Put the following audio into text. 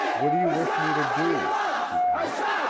what do you wish me to do? she asked.